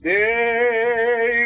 day